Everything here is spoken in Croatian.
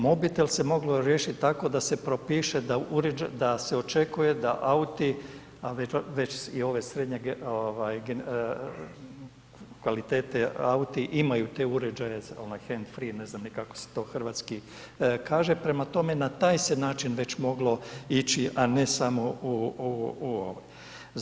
Mobitel se moglo riješiti tako da se propiše da se očekuje da auti a već i ove srednje kvalitete auti imaju te uređaje, handsfree, ne znam ni kako se to hrvatski kaže, prema tome, na taj se način već moglo ići a ne samo u ovo.